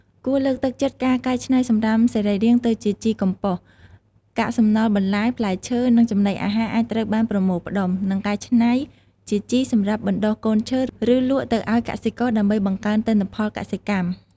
គួរលើកទឹកចិត្តការកែច្នៃសំរាមសរីរាង្គទៅជាជីកំប៉ុស្តិ៍ កាកសំណល់បន្លែ ផ្លែឈើ និងចំណីអាហារអាចត្រូវបានប្រមូលផ្ដុំ និងកែច្នៃជាជីសម្រាប់បណ្តុះកូនឈើ ឬលក់ទៅឱ្យកសិករដើម្បីបង្កើនទិន្នផលកសិកម្ម។